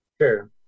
Sure